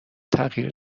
تغییر